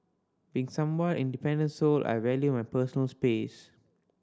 being somewhat independent soul I value my personal space